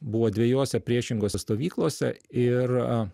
buvo dviejose priešingose stovyklose ir